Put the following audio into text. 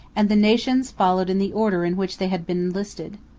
and the nations followed in the order in which they had been enlisted.